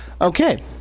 Okay